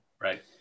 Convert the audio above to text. Right